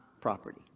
property